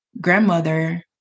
grandmother